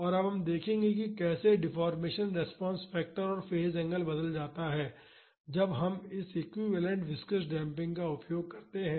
और अब हम देखेंगे कि कैसे डेफोर्मेशन रिस्पांस फैक्टर और फेज़ एंगल बदल जाता है जब हम इस एक्विवैलेन्ट विस्कॉस डेम्पिंग का उपयोग करते हैं